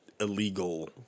illegal